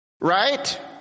Right